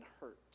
hurt